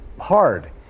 hard